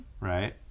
right